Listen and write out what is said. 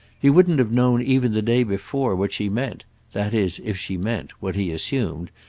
he wouldn't have known even the day before what she meant that is if she meant, what he assumed,